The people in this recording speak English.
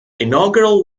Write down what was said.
inaugural